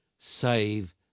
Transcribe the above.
save